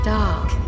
dark